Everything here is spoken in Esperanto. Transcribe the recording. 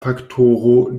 faktoro